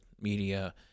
media